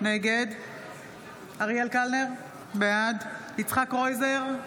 נגד אריאל קלנר, בעד יצחק קרויזר,